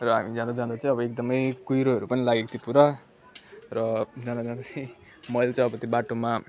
र हामी जाँदा जाँदै चाहिँ एकदमै कुहिरोहरू पनि लागेको थियो पुरा र जाँदा जाँदै चाहिँ मैले चाहिँ अब त्यो बाटोमा